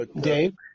Dave